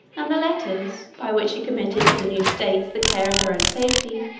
and the letters, by which he committed to the new states the care of their own safety,